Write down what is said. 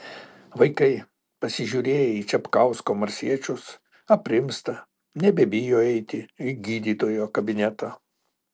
vaikai pasižiūrėję į čepkausko marsiečius aprimsta nebebijo eiti į gydytojo kabinetą